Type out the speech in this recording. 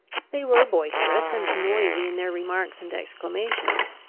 they were boisterous and noisy in their remarks and exclamations,